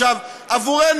עבורנו,